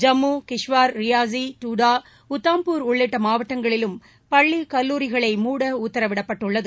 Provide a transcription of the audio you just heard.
ஜம்மு கிஷ்வார் ரியாசி டூடா உதாம்பூர் உள்ளிட்ட மாவட்டங்களிலும் பள்ளிக் கல்லூரிகளை மூட உத்தரவிடப்பட்டுள்ளது